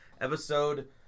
episode